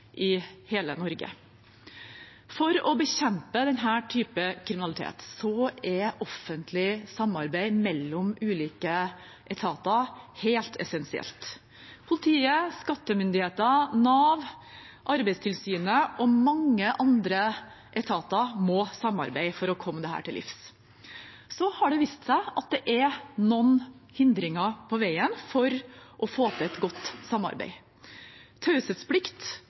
i Norge. For å bekjempe denne type kriminalitet er offentlig samarbeid mellom ulike etater helt essensielt. Politiet, skattemyndigheter, Nav, arbeidstilsynet og mange andre etater må samarbeide for å komme dette til livs. Det har vist seg at det er noen hindringer på veien for å få til et godt samarbeid. Taushetsplikt